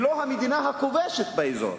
היא לא המדינה הכובשת באזור,